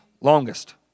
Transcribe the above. longest